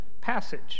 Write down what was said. passage